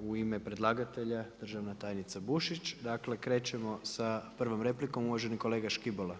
u ime predlagatelja državna tajnica Bušić, dakle krećemo sa prvom replikom, uvaženi kolega Škibola.